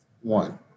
one